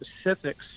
specifics